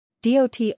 DOT